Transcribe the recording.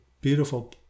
beautiful